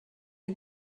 are